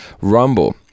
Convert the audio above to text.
Rumble